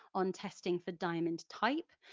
on testing for diamond type,